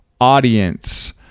audience